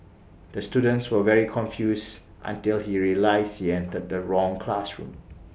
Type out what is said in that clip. the student was very confused until he realised he entered the wrong classroom